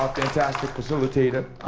um fantastic facilitator,